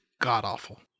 god-awful